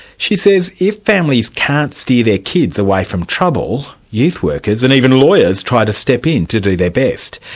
she says if families can't steer their kids away from trouble, youth workers, and even lawyers, try to step in to do their best.